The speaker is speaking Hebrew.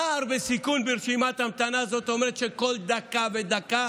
נער בסיכון ברשימת המתנה, זאת אומרת שכל דקה ודקה